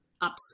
ups